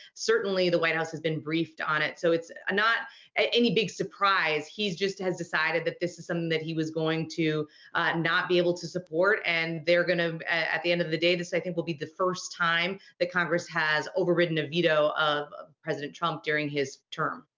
certainly, the white house has been briefed on it. so, it's not any big surprise. he just has decided that this is something um that he was going to not be able to support. and they're going to at the end of the day, this, i think, will be the first time that congress has overridden a veto of of president trump during his term.